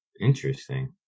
Interesting